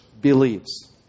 believes